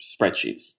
spreadsheets